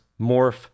morph